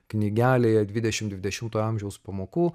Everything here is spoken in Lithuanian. knygelėje dvidešimt dvidešimto amžiaus pamokų